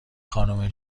خانم